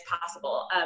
possible